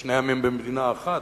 בשני עמים במדינה אחת,